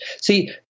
See